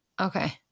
Okay